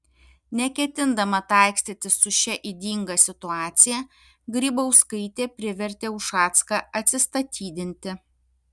neketindama taikstytis su šia ydinga situacija grybauskaitė privertė ušacką atsistatydinti